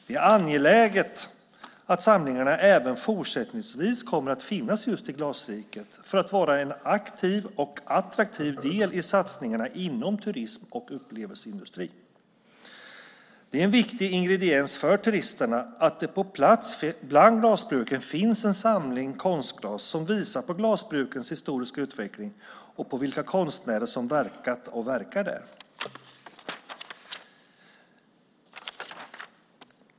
Det är angeläget att samlingarna även fortsättningsvis kommer att finnas just i Glasriket för att vara en aktiv och attraktiv del i satsningarna inom turist och upplevelseindustrin. Det är en viktig ingrediens för turisterna att det på plats bland glasbruken finns en samling konstglas som visar på glasbrukens historiska utveckling och på vilka konstnärer som verkat och verkar där.